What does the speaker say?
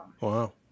wow